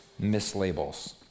mislabels